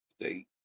state